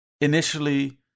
initially